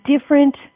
different